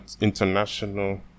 international